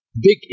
Big